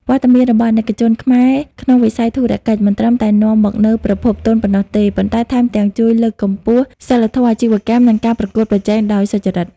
វត្តមានរបស់អាណិកជនខ្មែរក្នុងវិស័យធុរកិច្ច មិនត្រឹមតែនាំមកនូវប្រភពទុនប៉ុណ្ណោះទេ ប៉ុន្តែថែមទាំងជួយលើកកម្ពស់ សីលធម៌អាជីវកម្ម និងការប្រកួតប្រជែងដោយសុច្ចរិត។